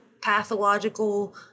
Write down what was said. pathological